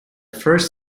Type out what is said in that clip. first